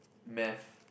math